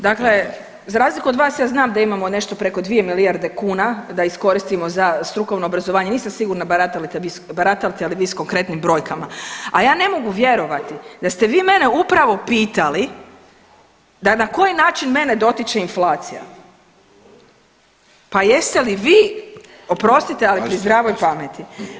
Dakle, za razliku od vas ja znam da imamo nešto preko dvije milijarde kuna da iskoristimo za strukovno obrazovanje, nisam sigurna baratate li vi, baratate li vi s konkretnim brojkama, a ja ne mogu vjerovati da ste vi mene upravo pitali da na koji način mene dotiče inflacija, pa jeste li vi, oprostite ali pri zdravoj pameti?